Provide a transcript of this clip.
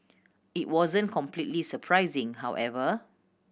it wasn't completely surprising however